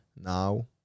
now